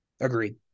Agreed